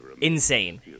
insane